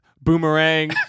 boomerang